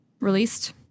released